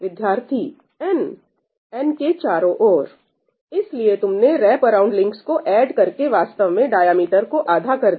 विद्यार्थीn n के चारों ओर इसलिए तुमने रैपअराउंड लिंक्स को ऐड करके वास्तव में डायमीटर को आधा कर दिया